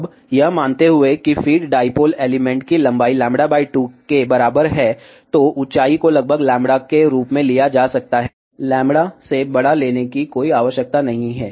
अब यह मानते हुए कि फ़ीड डाईपोल एलिमेंट की लंबाई λ 2 के बराबर है तो ऊंचाई को लगभग λ के रूप में लिया जा सकता है λ से बड़ा लेने की कोई आवश्यकता नहीं है